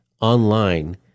online